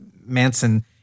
Manson